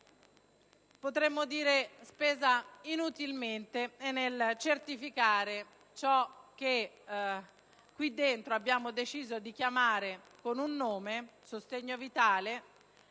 stata spesa inutilmente, nel certificare ciò che qui dentro abbiamo deciso di chiamare con un nome, sostegno vitale,